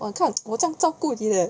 !wah! 你看我这样照顾你 leh